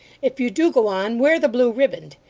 if you do go on, wear the blue riband.